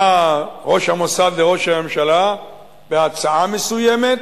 בא ראש המוסד לראש הממשלה בהצעה מסוימת,